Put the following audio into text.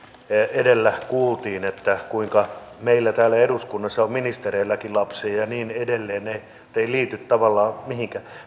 edellä kuultiin kuinka meillä täällä eduskunnassa on ministereilläkin lapsia ja ja niin edelleen ne eivät liity tavallaan mihinkään mutta